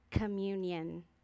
communion